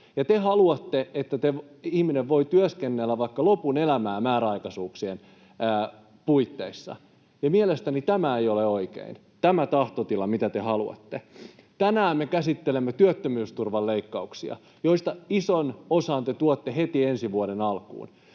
te haluatte, että ihminen voi työskennellä vaikka lopun elämää määräaikaisuuksien puitteissa. Mielestäni tämä ei ole oikein, tämä tahtotila, mitä te haluatte. Tänään me käsittelemme työttömyysturvan leikkauksia, joista ison osan te tuotte heti ensi vuoden alkuun.